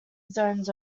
zones